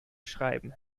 schreiben